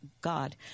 god